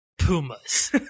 Pumas